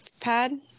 pad